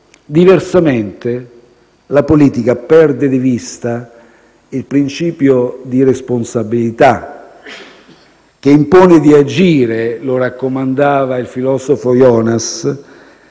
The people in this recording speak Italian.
Diversamente, la politica perde di vista il principio di responsabilità che impone di agire - lo raccomandava il filosofo Jonas